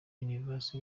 universe